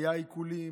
היו עיקולים,